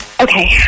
Okay